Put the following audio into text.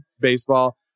baseball